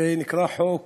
זה נקרא חוק